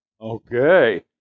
Okay